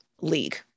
league